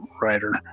writer